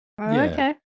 Okay